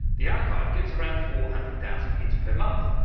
the archive gets around four hundred thousand hits per month,